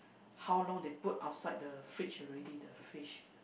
how long they put outside the fridge already the fish